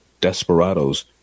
desperados